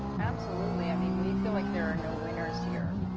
absolutely. i mean we feel like there are no winners here.